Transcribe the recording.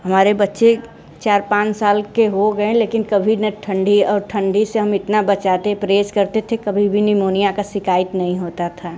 हमारे बच्चे चार पाँच साल के हो गए लेकिन कभी ना ठंडी और ठंडी से हम इतना बचाते प्रेस करते थे कभी भी निमोनिया का शिकायत नहीं होता था